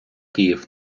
київ